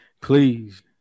Please